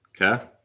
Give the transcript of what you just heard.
Okay